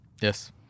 Yes